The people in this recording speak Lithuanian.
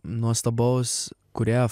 nuostabaus kūrėjo